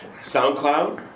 SoundCloud